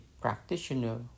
practitioner